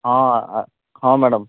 ହଁ ହଁ ମ୍ୟାଡ଼ାମ୍